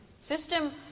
system